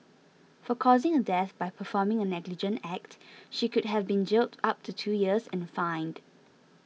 for causing a death by performing a negligent act she could have been jailed up to two years and fined